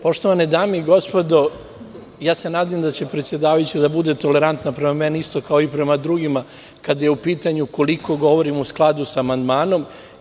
Poštovane dame i gospodo, ja se nadam da će predsedavajuća da bude tolerantna prema meni isto kao i prema drugima, kada je u pitanju koliko govorim o amandmanu.